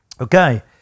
Okay